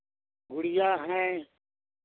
गुड़िया हैं